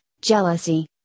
jealousy